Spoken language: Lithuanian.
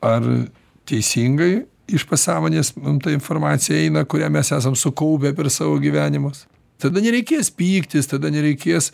ar teisingai iš pasąmonės mum ta informacija eina kurią mes esam sukaupę per savo gyvenimus tada nereikės pyktis tada nereikės